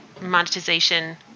monetization